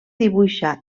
dibuixa